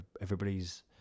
Everybody's